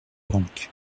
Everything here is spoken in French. banque